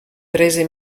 prese